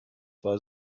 war